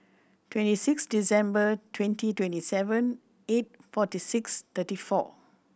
twenty six December twenty twenty seven eight forty six thirty four